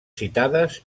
citades